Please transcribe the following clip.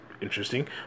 interesting